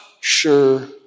sure